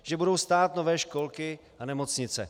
Že budou stát nové školky a nemocnice.